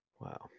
wow